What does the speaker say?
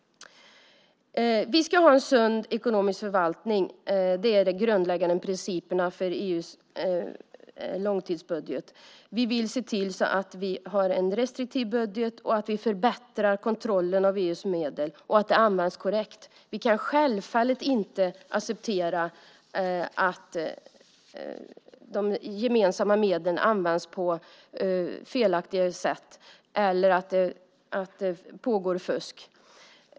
Vi ska ha en sund ekonomisk förvaltning. Det är de grundläggande principerna för EU:s långtidsbudget. Vi vill se till så att vi har en restriktiv budget, att vi förbättrar kontrollen av EU:s medel och att de används korrekt. Vi kan självfallet inte acceptera att de gemensamma medlen används på felaktigt sätt eller att det pågår fusk.